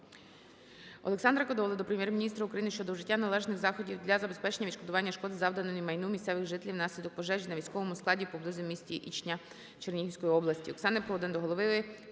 Олександра Кодоли до Прем'єр-міністра України щодо вжиття належних заходів для забезпечення відшкодування шкоди, завданої майну місцевих жителів внаслідок пожежі на військовому складі поблизу міста Ічня Чернігівської області.